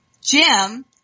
Jim